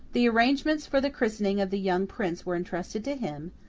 the arrangements for the christening of the young prince were entrusted to him,